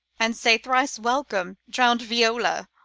and say, thrice-welcome, drowned viola